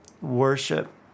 worship